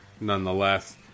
nonetheless